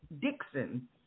dixon